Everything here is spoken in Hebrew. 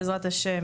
בעזרת השם,